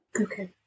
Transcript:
Okay